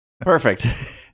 Perfect